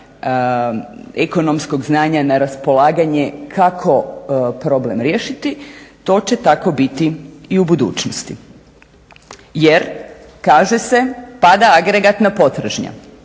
ekonomskog znanja na raspolaganje kako problem riješiti to će tako biti i u budućnosti. Jer kaže se pada agregatna potražnja,